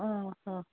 অঁ অঁ